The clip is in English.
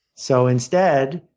so instead,